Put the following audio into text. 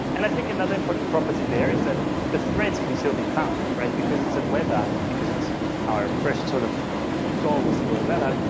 and i think another important property there is that the threads can still be found, because it's a web app, because it's our first sort of goal was to build a web app.